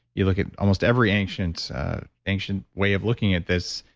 you look at almost every ancient ancient way of looking at this,